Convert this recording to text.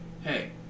hey